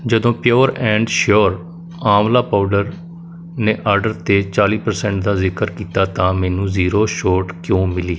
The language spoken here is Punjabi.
ਜਦੋਂ ਪਿਓਰ ਐਂਡ ਸ਼ਿਓਰ ਆਂਵਲਾ ਪਾਊਡਰ ਨੇ ਆਡਰ 'ਤੇ ਚਾਲੀ ਪਰਸੈਂਟ ਦਾ ਜ਼ਿਕਰ ਕੀਤਾ ਤਾਂ ਮੈਨੂੰ ਜ਼ੀਰੋ ਛੋਟ ਕਿਉਂ ਮਿਲੀ